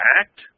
act